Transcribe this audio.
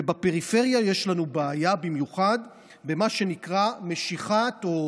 ובפריפריה יש לנו בעיה במיוחד במה שנקרא משיכת או